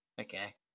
Okay